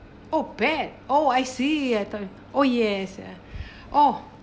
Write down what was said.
oh bad oh I see oh yes oh